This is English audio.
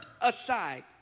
aside